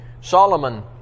Solomon